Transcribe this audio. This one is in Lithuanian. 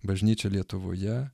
bažnyčia lietuvoje